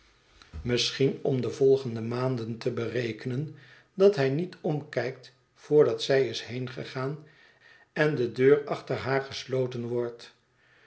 misschien om de volgende maanden te berekenen dat hij niet omkijkt voordat zij is heengegaan en de deur achter haar gesloten wordt